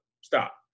Stop